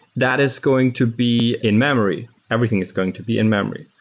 that is going to be in-memory. everything is going to be in memory.